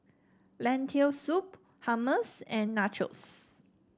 Lentil Soup Hummus and Nachos